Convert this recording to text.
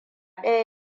ɗaya